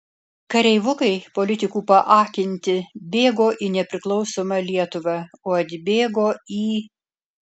kareivukai politikų paakinti bėgo į nepriklausomą lietuvą o atbėgo į